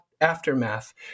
aftermath